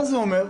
מה זה אומר?